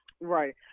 right